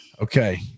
Okay